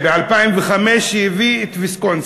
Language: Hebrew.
ב-2005 הביא את ויסקונסין.